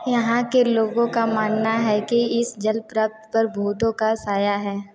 यहाँ के लोगों का मानना है कि इस जलप्रपात पर भूतों का साया है